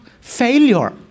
failure